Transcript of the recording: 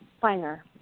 finer